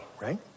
right